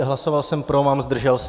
Hlasoval jsem pro, mám zdržel se.